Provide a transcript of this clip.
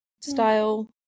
style